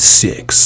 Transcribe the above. six